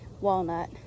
walnut